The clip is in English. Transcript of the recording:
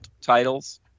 titles